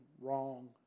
wrong